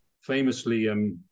famously